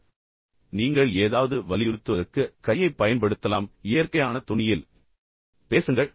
எனவே நீங்கள் ஏதாவது சொல்ல வேண்டும் என்றால் நீங்கள் வலியுறுத்துவதற்கு கையைப் பயன்படுத்தலாம் இயற்கையான தொனியில் பேசுங்கள்